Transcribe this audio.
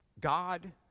God